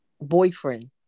boyfriend